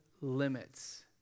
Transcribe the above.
limits